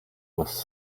was